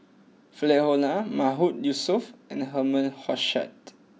Philip Hoalim Mahmood Yusof and Herman Hochstadt